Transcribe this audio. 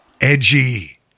Edgy